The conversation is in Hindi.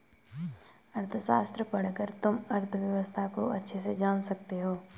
अर्थशास्त्र पढ़कर तुम अर्थव्यवस्था को अच्छे से जान सकते हो